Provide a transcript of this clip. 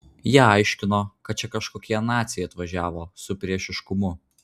jie aiškino kad čia kažkokie naciai atvažiavo su priešiškumu